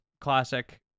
classic